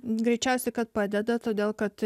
greičiausiai kad padeda todėl kad